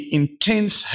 intense